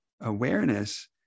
awareness